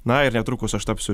na ir netrukus aš tapsiu